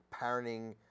parenting –